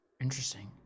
interesting